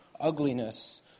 ugliness